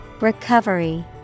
Recovery